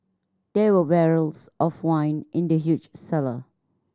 there were barrels of wine in the huge cellar